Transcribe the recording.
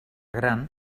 gran